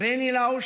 בני לאו,